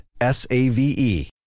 S-A-V-E